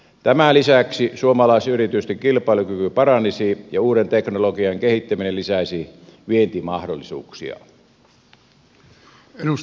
tämän lisäksi suomalaisyritysten kilpailukyky paranisi ja uuden teknologian kehittäminen lisäisi vientimahdollisuuksia